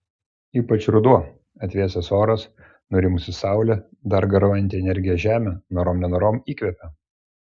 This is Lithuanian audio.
ypač ruduo atvėsęs oras nurimusi saulė dar garuojanti energija žemė norom nenorom įkvepia